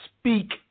speak